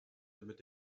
damit